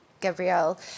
Gabrielle